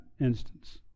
instance